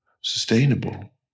sustainable